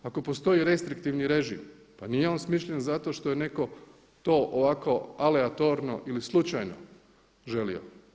Ako postoji restriktivni režim, pa nije on smišljen zato što je neko to ovako aleatorno ili slučajno želio.